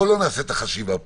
בואו לא נעשה את החשיבה פה,